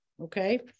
okay